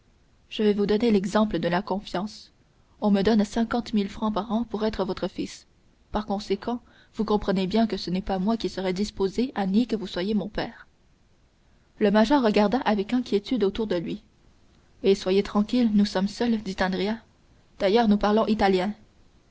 je vais vous donner l'exemple de la confiance on me donne cinquante mille francs par an pour être votre fils par conséquent vous comprenez bien que ce n'est pas moi qui serai disposé à nier que vous soyez mon père le major regarda avec inquiétude autour de lui eh soyez tranquille nous sommes seuls dit andrea d'ailleurs nous parlons italien